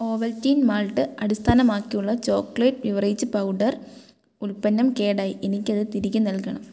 Ovaltine malt അടിസ്ഥാനമാക്കിയുള്ള chocolate beverage powder ഉൽപ്പന്നം കേടായി എനിക്കത് തിരികെ നൽകണം